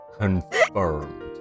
Confirmed